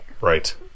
right